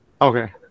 Okay